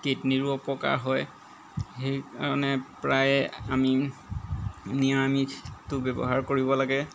কিডনিৰো অপকাৰ হয় সেইকাৰণে প্ৰায় আমি নিৰামিষটো ব্যৱহাৰ কৰিব লাগে